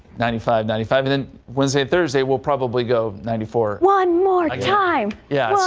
ninety five ninety five in wednesday thursday will probably go ninety for one more time yeah